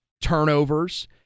turnovers